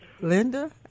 Linda